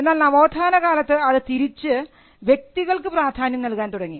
എന്നാൽ നവോത്ഥാനകാലത്ത് അത് തിരിച്ച് വ്യക്തികൾക്ക് പ്രാധാന്യം നൽകാൻ തുടങ്ങി